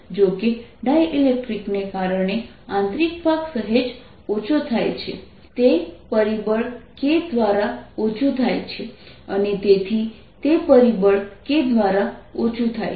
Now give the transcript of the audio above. જો કે ડાઇલેક્ટ્રિક ને કારણે આંતરિક ભાગ સહેજ ઓછો થાય છે તે પરિબળ k દ્વારા ઓછું થાય છે અને તેથી તે પરિબળ k દ્વારા ઓછું થાય છે